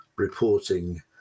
reporting